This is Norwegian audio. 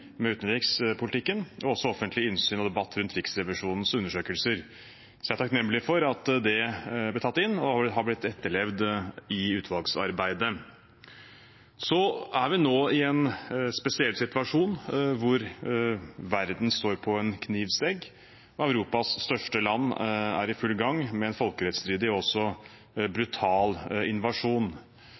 med utenrikspolitikken og på offentlig innsyn i og debatt rundt Riksrevisjonens undersøkelser. Så jeg er takknemlig for at det ble tatt inn og er blitt etterlevd i utvalgsarbeidet. Så er vi nå i en spesiell situasjon, hvor verden står på en knivsegg. Europas største land er i full gang med en folkerettsstridig og brutal invasjon.